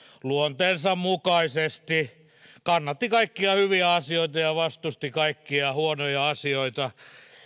luonteensa mukaisesti kannatti kaikkia hyviä asioita ja vastusti kaikkia huonoja asioita